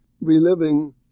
reliving